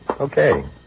Okay